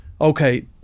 Okay